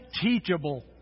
teachable